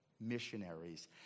missionaries